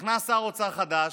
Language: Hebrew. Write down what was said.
נכנס שר אוצר חדש,